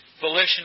volition